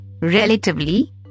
relatively